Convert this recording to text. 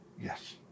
Yes